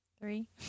Three